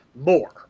more